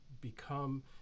become